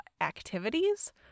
activities